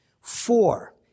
Four